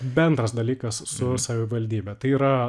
bendras dalykas su savivaldybe tai yra